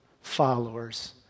followers